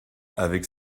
avec